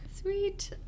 Sweet